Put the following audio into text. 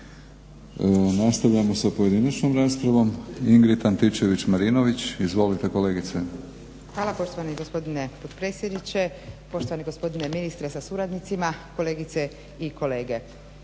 Nastavljamo sa pojedinačnom raspravom. Ingrid Antičević-Marinović, izvolite kolegice. **Antičević Marinović, Ingrid (SDP)** Hvala poštovani gospodine potpredsjedniče, poštovani gospodine ministre sa suradnicima, kolegice i kolege.